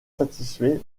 satisfait